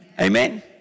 Amen